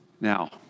Now